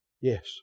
Yes